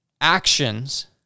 actions